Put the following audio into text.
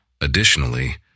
Additionally